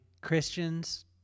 Christians